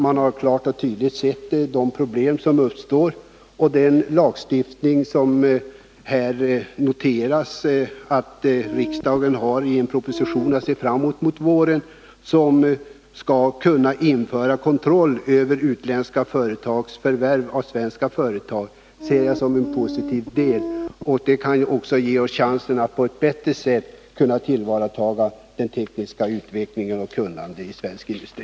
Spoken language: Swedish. Han har klart och tydligt sett de problem som uppstår, och den lagstiftning som här aviseras — riksdagen har att se fram emot en proposition till våren som skall innebära kontroll över utländska företags förvärv av svenska företag — ser jag som något positivt. Denna lagstiftning kan också ge oss chansen att på ett bättre sätt tillvarata teknisk utveckling och tekniskt kunnande i svensk industri.